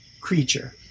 creature